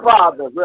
Father